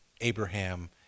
Abraham